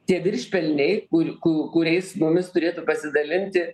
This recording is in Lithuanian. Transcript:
tie viršpelniai kur ku kuriais mumis turėtų pasidalinti